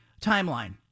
timeline